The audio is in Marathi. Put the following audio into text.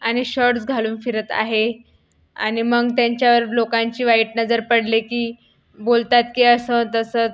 आणि शॉर्ट्स घालून फिरत आहे आणि मग त्यांच्यावर लोकांची वाईट नजर पडले की बोलतात की असं तसं